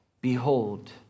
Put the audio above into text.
Behold